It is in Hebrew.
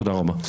תודה רבה.